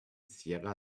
sierra